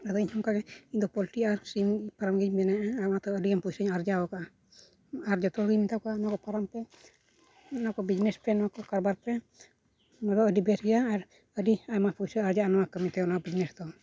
ᱟᱫᱚ ᱤᱧ ᱦᱚᱸ ᱚᱱᱠᱟ ᱜᱮ ᱤᱧ ᱫᱚ ᱯᱚᱞᱴᱤ ᱟᱨ ᱥᱤᱢ ᱯᱷᱨᱟᱢ ᱜᱤᱧ ᱵᱮᱱᱟᱣᱮᱜᱼᱟ ᱟᱨ ᱚᱱᱟᱛᱮᱦᱚᱸ ᱟᱹᱰᱤᱜᱟᱱ ᱯᱚᱭᱥᱟᱧ ᱟᱨᱡᱟᱣᱟᱠᱟᱫᱼᱟ ᱟᱨ ᱡᱚᱛᱚ ᱦᱚᱲᱤᱧ ᱢᱮᱛᱟ ᱠᱚᱣᱟ ᱱᱚᱣᱟᱠᱚ ᱯᱷᱨᱟᱢ ᱯᱮ ᱚᱱᱟ ᱠᱚ ᱵᱤᱡᱽᱱᱮᱥ ᱯᱮ ᱱᱚᱣᱟ ᱠᱚ ᱠᱟᱨᱵᱟᱨ ᱯᱮ ᱱᱚᱣᱟ ᱫᱚ ᱟᱹᱰᱤ ᱵᱮᱥ ᱜᱮᱭᱟ ᱟᱨ ᱟᱹᱰᱤ ᱟᱭᱢᱟ ᱯᱚᱭᱥᱟ ᱟᱨᱡᱟᱜᱼᱟ ᱱᱚᱣᱟ ᱠᱟᱹᱢᱤᱛᱮ ᱱᱚᱣᱟ ᱵᱤᱡᱽᱱᱮᱥ ᱛᱮᱦᱚᱸ